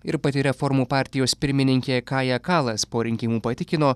ir pati reformų partijos pirmininkė kaja kalas po rinkimų patikino